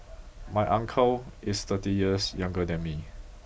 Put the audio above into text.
my uncle is thirty years younger than me